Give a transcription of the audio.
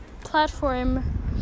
platform